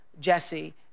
Jesse